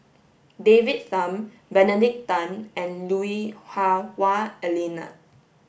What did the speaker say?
David Tham Benedict Tan and Lui Hah Wah Elena